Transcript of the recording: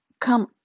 come